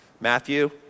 Matthew